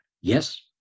Yes